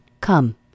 Come